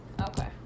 okay